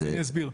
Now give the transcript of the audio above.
אני אסביר: